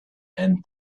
and